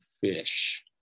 fish